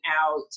out